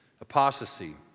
apostasy